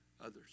others